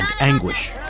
anguish